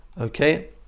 Okay